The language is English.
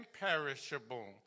imperishable